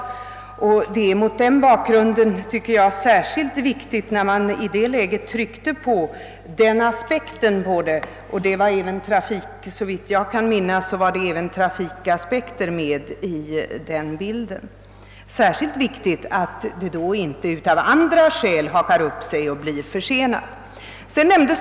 När man i det läget tryckte på den aspekten — och såvitt jag kan minnas var även trafikaspekten med i bilden — så är det särskilt viktigt att ingenting hakar upp sig och blir försenat av andra skäl.